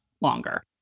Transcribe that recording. longer